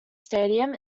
stadium